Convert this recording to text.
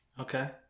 Okay